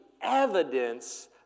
evidence